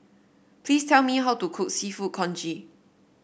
please tell me how to cook seafood congee